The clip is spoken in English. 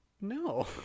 no